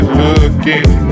looking